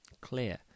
clear